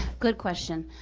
good question,